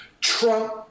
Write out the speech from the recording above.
Trump